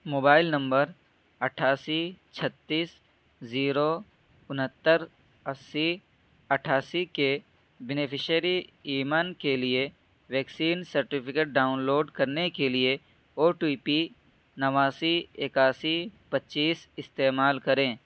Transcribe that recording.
mobile number اٹھاسی چھتیس zero انہتر اسّی اٹھاسی کے بینیفشیری ایمن کے لیے ویکسین سرٹیفکیٹ ڈاؤن لوڈ کرنے کے لیے او ٹوئی پی نواسی اکیاسی پچیس استعمال کریں